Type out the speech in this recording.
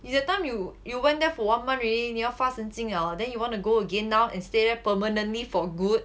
is that time you you went there for one month already 你发神经 liao then you want to go again now and stay there permanently for good